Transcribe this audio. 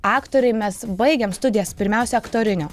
aktoriai mes baigėm studijas pirmiausia aktorinio